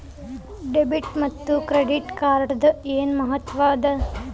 Debit ಮತ್ತ credit ಕಾರ್ಡದ್ ಏನ್ ಮಹತ್ವ ಅದ?